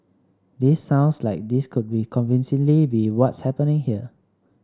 this sounds like this could be convincingly be what's happening here